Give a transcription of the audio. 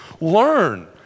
Learn